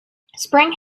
spring